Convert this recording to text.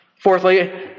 Fourthly